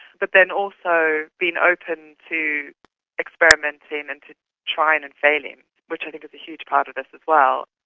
but then also being open to experimenting and to trying and failing, which i think is a huge part of this as well.